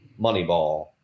Moneyball